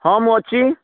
ହଁ ମୁଁ ଅଛି